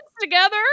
together